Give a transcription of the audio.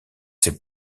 ses